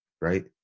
Right